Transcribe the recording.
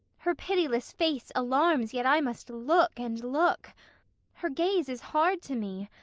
her pitiless face alarms, yet i must look and look her gaze is hard to me,